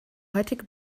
heutige